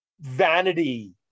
vanity